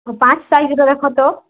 ପାଞ୍ଚ ସାଇଜର ଦେଖ ତ